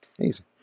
Easy